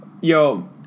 Yo